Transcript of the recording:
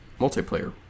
multiplayer